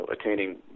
attaining